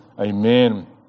Amen